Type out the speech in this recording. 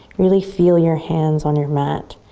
really feel your hands on your mat.